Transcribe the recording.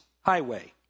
highway